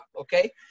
okay